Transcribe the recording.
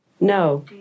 No